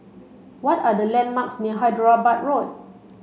what are the landmarks near Hyderabad Road